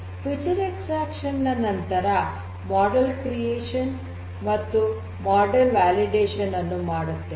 feature extraction ನ ನಂತರ model ಸೃಷ್ಟಿ ಮತ್ತು ಮಾಡೆಲ್ ವ್ಯಾಲಿಡೇಷನ್ ಅನ್ನು ಮಾಡುತ್ತೇವೆ